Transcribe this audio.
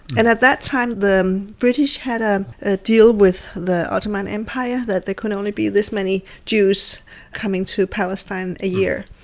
and at that time the british had ah a deal with the ottoman empire that there could only be this many jews coming to palestine a year.